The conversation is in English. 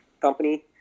company